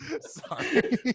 sorry